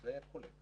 על זה אין חולק.